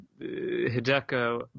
Hideko